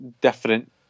different